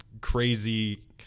Crazy